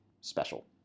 special